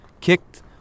kicked